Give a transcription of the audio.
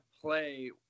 play